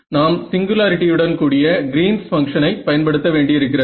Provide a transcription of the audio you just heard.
நாம் சிங்குலாரிட்டியுடன் கூடிய கிரீன்ஸ் பங்ஷனை Greens function பயன்படுத்த வேண்டியிருக்கிறது